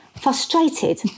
Frustrated